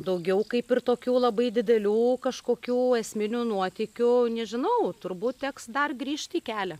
daugiau kaip ir tokių labai didelių kažkokių esminių nuotykių nežinau turbūt teks dar grįžti į kelią